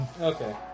Okay